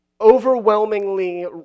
overwhelmingly